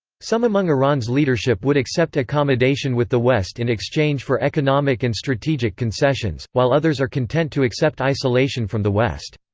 some among iran's leadership would accept accommodation with the west in exchange for economic and strategic concessions, while others are content to accept isolation from the west.